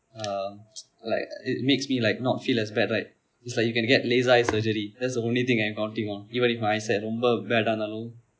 uh like it makes me like not feel as bad right it's like you can get laser eye surgery that's the only thing I counting on even if my eyesight ரொம்ப:romba bad ஆனாலும்:aanaalum